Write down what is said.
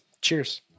Cheers